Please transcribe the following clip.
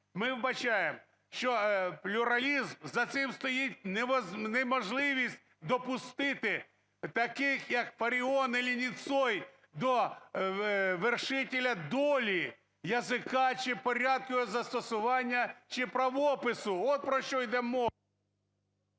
ми вбачаємо, що плюралізм, за цим стоїть неможливість допустити таких, як Фаріон или Ніцой до вершителя доли языка чи порядку його застосування чи правопису. От про що іде